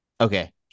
Okay